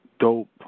dope